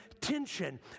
tension